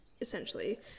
essentially